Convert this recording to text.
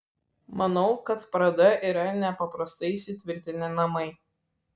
manau kad prada yra nepaprastai įsitvirtinę namai